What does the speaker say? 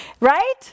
Right